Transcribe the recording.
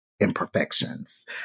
imperfections